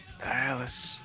Dallas